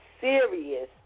serious